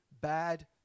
bad